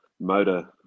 motor